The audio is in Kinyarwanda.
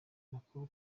makuru